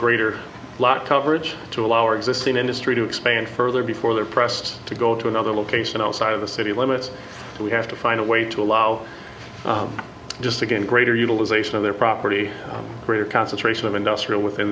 greater lot coverage to allow our existing industry to expand further before they're pressed to go to another location outside of the city limits so we have to find a way to allow just to gain greater utilization of their property greater concentration of industrial within